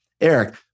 Eric